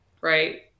right